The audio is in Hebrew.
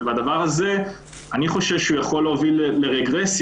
אני חושש שהדבר הזה יכול להוביל לרגרסיה